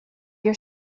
your